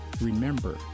remember